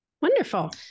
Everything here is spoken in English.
wonderful